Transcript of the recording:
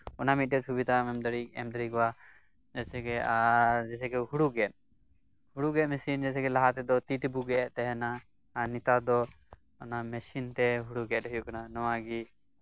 ᱚᱱᱟ ᱢᱤᱫᱴᱮᱡ ᱥᱩᱵᱤᱫᱟᱢ ᱮᱢ ᱫᱟᱲᱮᱣᱟᱠᱚᱣᱟ ᱡᱮᱭᱥᱮ ᱠᱤ ᱮᱨ ᱡᱮᱭᱥᱮ ᱠᱤ ᱦᱩᱲᱩ ᱜᱮᱫ ᱦᱲᱩ ᱜᱮᱫ ᱢᱮᱥᱤᱱ ᱞᱟᱦᱟ ᱛᱮᱫᱚ ᱛᱤ ᱛᱮᱠᱚ ᱜᱮᱫᱮᱛ ᱛᱟᱦᱮᱸᱱᱟ ᱟᱨ ᱱᱮᱛᱟᱨ ᱫᱚ ᱚᱱᱟ ᱢᱤᱥᱤᱱ ᱛᱮ ᱦᱩᱲᱩ ᱜᱮᱫ ᱦᱩᱭᱩᱜ ᱠᱟᱱᱟ ᱱᱚᱣᱟ ᱜᱮ